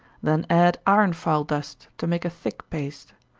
then add iron file dust, to make a thick paste.